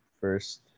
first